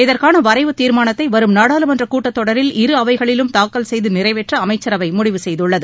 இதற்கான வரைவுத் தீர்மானத்தை வரும் நாடாளுமன்றக் கூட்டத்தொடரில் இரு அவைகளிலும் தாக்கல் செய்து நிறைவேற்ற அமைச்சரவை முடிவு செய்துள்ளது